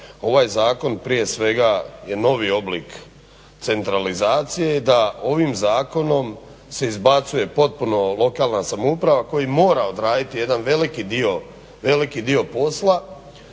ovaj zakon prije svega je novi oblik centralizacije i da ovim zakonom se izbacuje potpuno lokalna samouprava koji mora odraditi jedan veliki dio posla